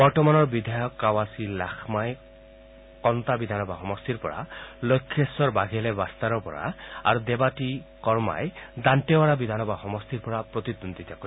বৰ্তমানৰ বিধায়ক কাৱাছি লাখমাই কণ্টা বিধানসভা সমষ্টিৰ পৰা লক্ষেশ্বৰ বাঘেলে বাট্টাৰৰ পৰা আৰু দেবাতি কৰ্মাই দান্তেৱাৰা বিধান সভা সমষ্টিৰ পৰা প্ৰতিদ্বন্দ্বীতা কৰিব